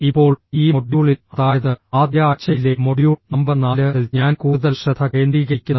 ഇപ്പോൾ ഈ മൊഡ്യൂളിൽ അതായത് ആദ്യ ആഴ്ചയിലെ മൊഡ്യൂൾ നമ്പർ 4 ൽ ഞാൻ കൂടുതൽ ശ്രദ്ധ കേന്ദ്രീകരിക്കും